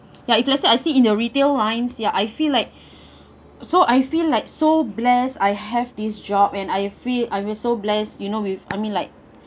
ya if let's say I see in the retail lines ya I feel like so I feel like so blessed I have this job and I feel I will so blessed you know with I mean like